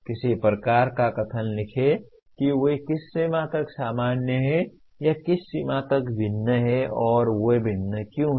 किसी प्रकार का कथन लिखें कि वे किस सीमा तक सामान्य हैं या किस सीमा तक भिन्न हैं और वे भिन्न क्यों हैं